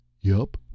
Yup